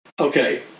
Okay